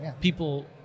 People